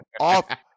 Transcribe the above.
off